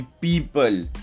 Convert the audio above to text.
people